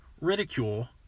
ridicule